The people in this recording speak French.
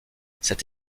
cette